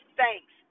thanks